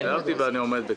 התחייבתי ואני עומד בכך.